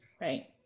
Right